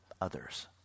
others